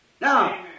Now